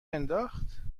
انداخت